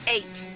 Eight